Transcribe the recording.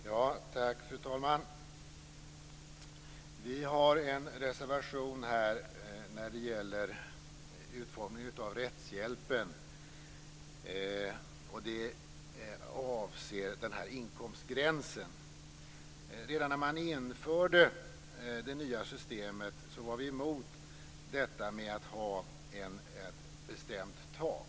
Fru talman! Vi har en reservation när det gäller utformningen av rättshjälpen. Den avser inkomstgränsen. Redan när man införde det nya systemet var vi emot att man skulle ha ett bestämt tak.